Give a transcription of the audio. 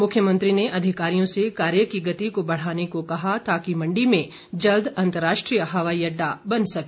मुख्यमंत्री ने अधिकारियों से कार्य की गति को बढ़ाने को कहा ताकि मण्डी में जल्द अंतर्राष्ट्रीय हवाई अड्डा बन सके